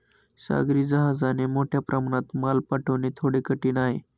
सागरी जहाजाने मोठ्या प्रमाणात माल पाठवणे थोडे कठीण आहे